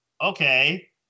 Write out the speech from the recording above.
okay